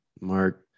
Mark